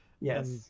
yes